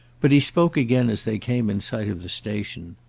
but he spoke again as they came in sight of the station.